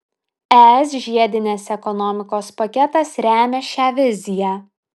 es žiedinės ekonomikos paketas remia šią viziją